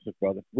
brother